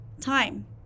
Time